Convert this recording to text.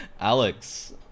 Alex